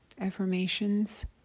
Affirmations